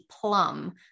plum